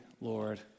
Lord